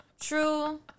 True